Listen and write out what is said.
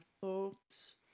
thoughts